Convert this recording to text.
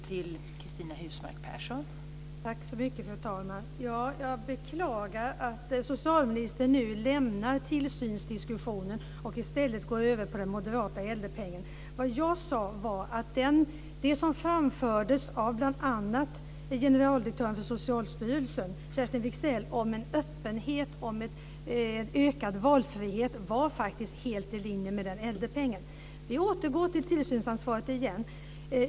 Fru talman! Jag beklagar att socialministern nu lämnar tillsynsdiskussionen och i stället går över på den moderata äldrepengen. Vad jag sade var att det som framfördes av bl.a. generaldirektören för Socialstyrelsen, Kerstin Wigzell, om en öppenhet och en ökad valfrihet var helt i linje med den äldrepengen. Vi återgår till tillsynsansvaret igen.